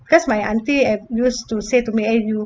because my auntie a~ used to say to me eh you